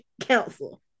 council